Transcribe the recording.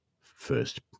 first